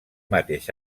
mateix